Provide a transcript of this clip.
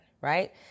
right